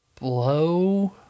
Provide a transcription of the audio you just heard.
Blow